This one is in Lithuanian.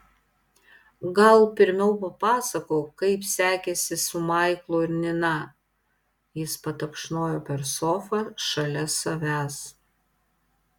gal pirmiau papasakok kaip sekėsi su maiklu ir nina jis patapšnojo per sofą šalia savęs